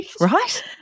Right